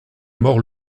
mort